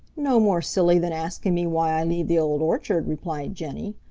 no more silly than asking me why i leave the old orchard, replied jenny.